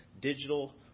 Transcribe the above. digital